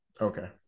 Okay